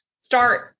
start